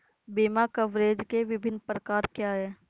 बीमा कवरेज के विभिन्न प्रकार क्या हैं?